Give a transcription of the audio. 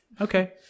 Okay